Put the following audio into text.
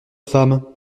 femme